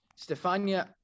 Stefania